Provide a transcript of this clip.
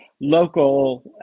local